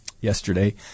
yesterday